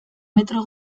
metro